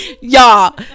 y'all